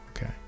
Okay